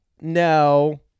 No